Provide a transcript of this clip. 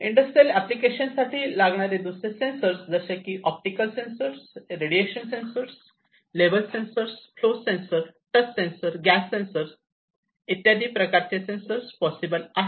industrial application साठी लागणारे दुसरे सेन्सर्स जसे की optical sensor radiation sensor level sensor flow sensor touch sensor gas sensor इत्यादी पॉसिबल आहेत